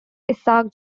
isaac